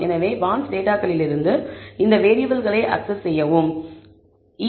எனவே பாண்ட்ஸ் டேட்டாகளிலிருந்து இந்த வேரியபிள்களை அக்சஸ் செய்யலாம்